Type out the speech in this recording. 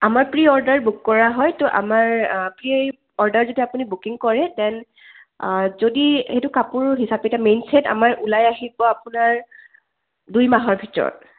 আমাৰ pre order book কৰা হয় ত' আমাৰ প্ৰি অৰ্ডাৰ যদি আপুনি বুকিং কৰে দেন যদি সেইটো কাপোৰ হিচাপে এতিয়া মেইন ছেট আমাৰ ওলাই আহিব আপোনাৰ দুই মাহৰ ভিতৰত